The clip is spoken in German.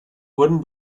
wurden